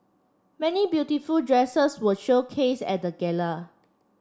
many beautiful dresses were showcased at the gala